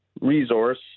resource